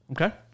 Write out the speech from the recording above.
Okay